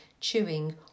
chewing